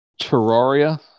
Terraria